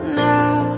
now